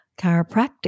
chiropractic